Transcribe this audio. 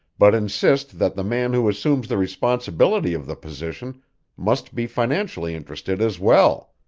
but insist that the man who assumes the responsibility of the position must be financially interested as well.